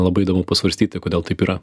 labai įdomu pasvarstyti kodėl taip yra